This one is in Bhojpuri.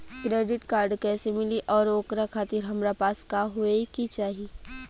क्रेडिट कार्ड कैसे मिली और ओकरा खातिर हमरा पास का होए के चाहि?